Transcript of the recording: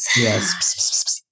Yes